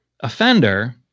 Offender